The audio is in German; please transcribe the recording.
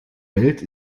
welt